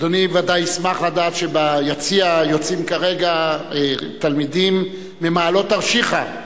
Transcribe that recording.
אדוני ודאי ישמח לדעת שביציע יוצאים כרגע תלמידים ממעלות תרשיחא,